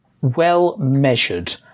well-measured